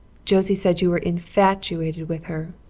josie said you were infatuated with her.